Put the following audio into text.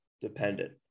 dependent